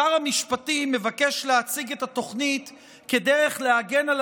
שר המשפטים מבקש להציג את התוכנית כדרך להגן על